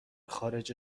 خارج